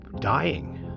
dying